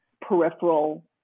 peripheral